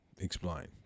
Explain